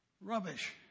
rubbish